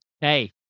hey